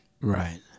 Right